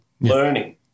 learning